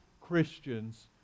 Christians